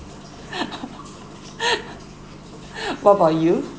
what about you